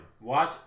Watch